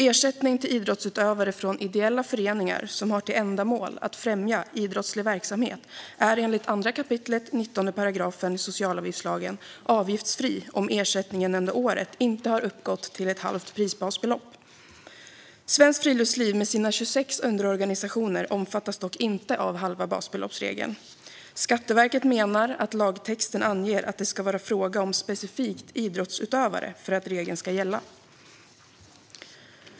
Ersättning till idrottsutövare från ideella föreningar som har till ändamål att främja idrottslig verksamhet är enligt 2 kap. 19 § socialavgiftslagen avgiftsfri om ersättningen under året inte har uppgått till ett halvt prisbasbelopp. Svenskt friluftsliv med sina 26 underorganisationer omfattas dock inte av halva-basbelopps-regeln. Skatteverket menar att lagtexten anger att det ska vara fråga om specifikt "idrottsutövare" för att regeln ska gälla.